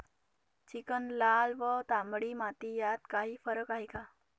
Chicken, लाल व तांबडी माती यात काही फरक आहे का?